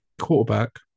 quarterback